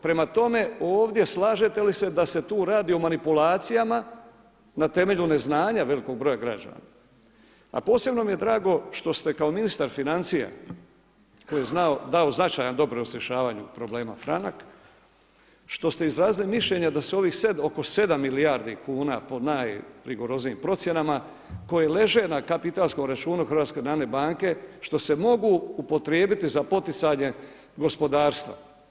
Prema tome, ovdje slažete li se da se tu radi o manipulacijama na temelju neznanja velikog broja građana, a posebno mi je drago što ste kao ministar financija koji je dao značajan doprinos rješavanju problema franak, što ste izrazili mišljenje da se ovih oko 7 milijardi kuna po najrigoroznijim procjenama koji leže na kapitalskom računu HNB-a što se mogu upotrijebiti za poticanje gospodarstva.